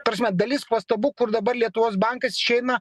prasme dalis pastabų kur dabar lietuvos bankas išeina